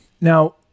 Now